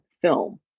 film